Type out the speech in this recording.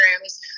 rooms